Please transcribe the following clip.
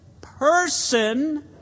person